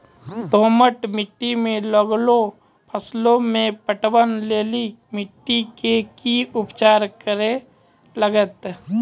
दोमट मिट्टी मे लागलो फसल मे पटवन लेली मिट्टी के की उपचार करे लगते?